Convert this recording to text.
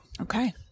Okay